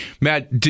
Matt